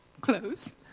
close